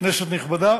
כנסת נכבדה,